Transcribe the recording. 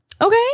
Okay